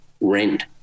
rent